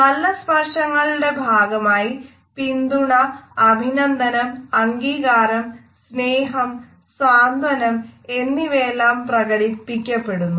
നല്ല സ്പർശങ്ങളുടെ ഭാഗമായി പിന്തുണ അഭിനന്ദനം അംഗീകാരം സ്നേഹം സ്വാന്ത്വനം എന്നിവയെല്ലാം പ്രകടിപ്പിക്കപ്പെടുന്നു